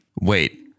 Wait